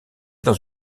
dans